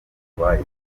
arwaye